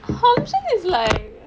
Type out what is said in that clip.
hum chin is like